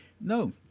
No